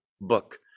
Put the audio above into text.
book